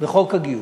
בחוק הגיוס.